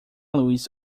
luz